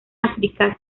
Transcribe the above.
áfrica